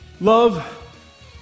Love